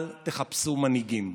אל תחפשו מנהיגים,